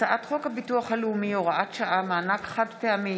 הצעת חוק הביטוח הלאומי (הוראת שעה) (מענק חד-פעמי